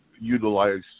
utilize